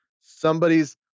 somebody's